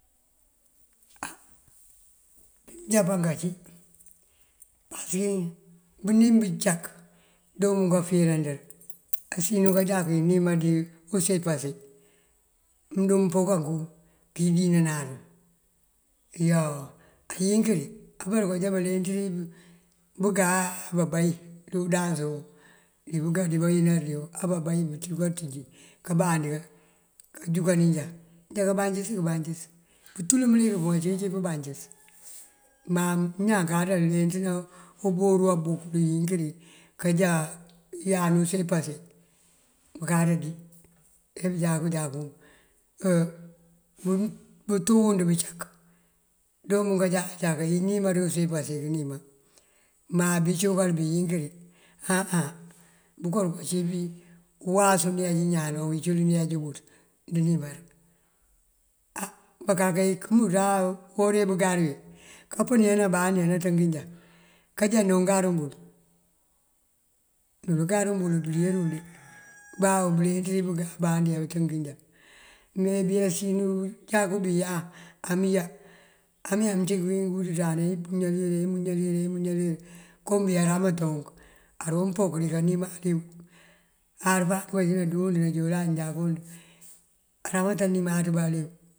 Á bí mënjábank ací. Pasëkin bënim bëcak doon buŋ kafíirandër asínu kajáku inima dí use pase mëndu mpokanku ku dinaţun iyoo. Ayinkiri abaruka já baleenţi bëgá aá bayi dí udansu dí bëgá dí bawínar dí wu abá bayi bëduka ţíji kabandi kajukani njá, njá kabancis këbancis pëtul mënlik puŋ ací këcí pëbancis. Má ñaan kaţa leenţëna uburu abúkul yinkiri kajá yáar use pase bukaţa cí. Ebëjáku këjáku bëţú wund bëcak doon buŋ kajáka këjáka inima dí use pase kënima. Má bí cí búkal bí yinkirin áa bëko ruka cí bí uwáasu neej ñaan awicul neejá buţ ndënimar. Á bakake këm buţ áa uwora wí bëgari wí kapëniya nambandi anaţënki njá, kajá nuŋ garuŋ bul, nul garuŋ bul bëdirul de. bawoo buleenţ dí bëgá abanda abëţënk njá. Me bí asínu jáku bí yaan amëyá, amëya këwín uwuţuţan ayi muñalir ayi muñalir ayi muñalir. Kom bí aramata unk adoon pok dika nima aliw aar banukar dukajá nadu wund ná joola nëjákund aramata nimaţ bá aliw.